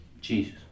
Jesus